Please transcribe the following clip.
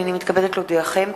הנני מתכבדת להודיעכם,